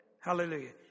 Hallelujah